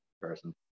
person